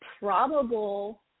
probable